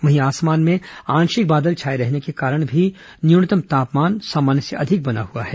वहीं आसमान में आंशिक बादल छाए रहने के कारण भी न्यूनतम तापमान सामान्य से अधिक बना हुआ है